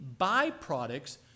byproducts